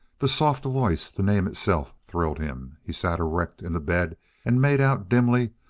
the soft voice, the name itself, thrilled him. he sat erect in the bed and made out, dimly,